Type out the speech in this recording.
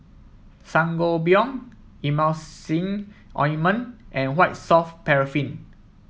Sangobion Emulsying Ointment and White Soft Paraffin